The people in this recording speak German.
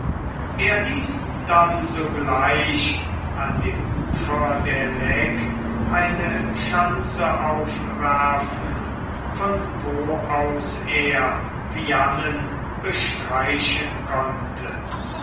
er ließ dann sogleich an dem ufer des leck eine schanze aufwerfen von wo aus er viane bestreichen konnte